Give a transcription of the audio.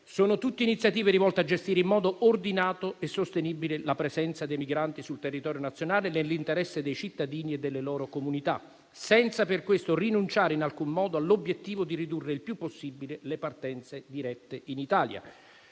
Sono tutte iniziative rivolte a gestire in modo ordinato e sostenibile la presenza dei migranti sul territorio nazionale nell'interesse dei cittadini e delle loro comunità, senza per questo rinunciare in alcun modo all'obiettivo di ridurre il più possibile le partenze dirette in Italia.